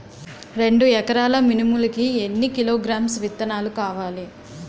రెండు ఎకరాల మినుములు కి ఎన్ని కిలోగ్రామ్స్ విత్తనాలు కావలి?